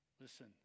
listen